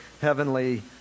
Heavenly